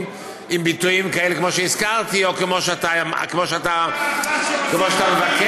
בביטויים כאלה כמו שהזכרתי או כמו שאתה ------- מבקש,